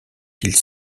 qu’il